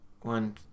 one